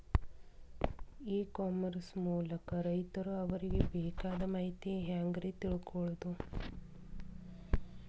E commerce ಮೂಲಕ ರೈತರು ಅವರಿಗೆ ಬೇಕಾದ ಮಾಹಿತಿ ಹ್ಯಾಂಗ ರೇ ತಿಳ್ಕೊಳೋದು?